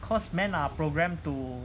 because men are programmed to